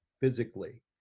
physically